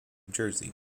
jersey